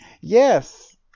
Yes